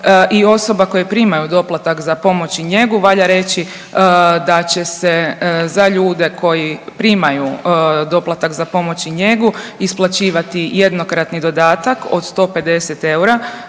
i osoba koje primaju doplatak za pomoć i njegu valja reći da će se za ljude koji primaju doplatak za pomoć i njegu isplaćivati jednokratni dodatak od 150 eura.